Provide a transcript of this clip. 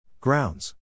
Grounds